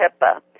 HIPAA